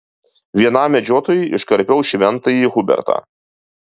vienam medžiotojui iškarpiau šventąjį hubertą